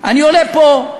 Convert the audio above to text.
אני עולה לפה,